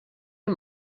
est